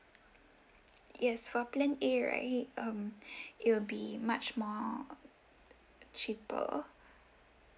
yes for plan A right um it'll be much more cheaper